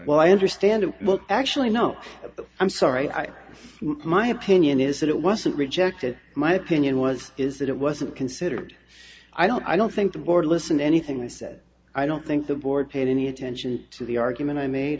well i understand it but actually no i'm sorry i my opinion is that it wasn't rejected my opinion was is that it wasn't considered i don't i don't think the board listened anything i said i don't think the board paid any attention to the argument i made